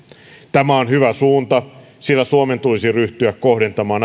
tämä on hyvä suunta sillä suomen tulisi ryhtyä kohdentamaan